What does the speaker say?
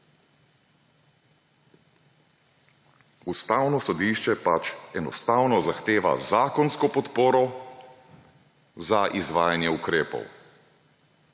Ustavno sodišče enostavno zahteva zakonsko podporo za izvajanje ukrepov.